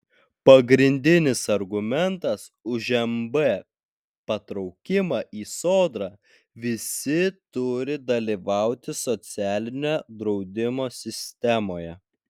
pagrindinis argumentas už mb patraukimą į sodrą visi turi dalyvauti socialinio draudimo sistemoje